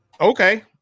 Okay